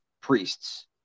priests